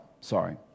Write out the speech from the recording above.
sorry